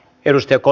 jos joku